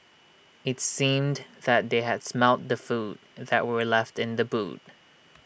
IT seemed that they had smelt the food that were left in the boot